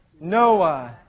Noah